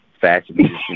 fashion